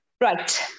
right